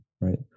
right